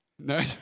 No